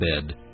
bed